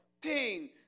pain